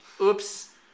Oops